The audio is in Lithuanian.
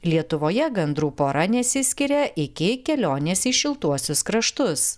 lietuvoje gandrų pora nesiskiria iki kelionės į šiltuosius kraštus